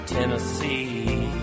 Tennessee